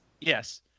yes